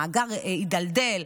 המאגר הידלדל,